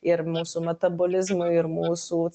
ir mūsų metabolizmui ir mūsų